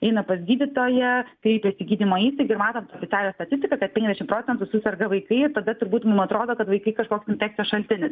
eina pas gydytoją kreipiasi į gydymo įstaigą ir matot tą statistiką kas penkiasdešimt procentų suserga vaikai ir tada turbūt mum atrodo kad vaikai kažkoks infekcijos šaltinis